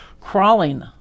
crawling